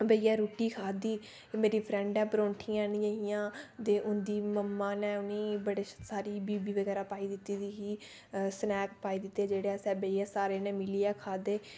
बेहियै रुट्टी खाद्धी मेरी फ्रैंड ' ऐ परोंठियां आंदियां हियां ते उं'दी मम्मा उ'नेंगी बड़ी सारी बीबी बगैरा पाई दित्ती दी ही स्नैक पाई दित्ते दे हे जेह्ड़ेा असें सारें जनें मिलियै खाद्धे